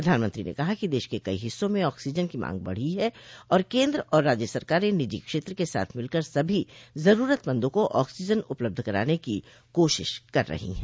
प्रधानमंत्री ने कहा कि देश के कई हिस्सों में ऑक्सीजन की मांग बढो है और केंद्र और राज्य सरकारें निजी क्षेत्र के साथ मिलकर सभी जरूरतमंदों को ऑक्सीजन उपलब्ध कराने की कोशिश कर रही हैं